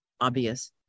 obvious